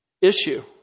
issue